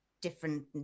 different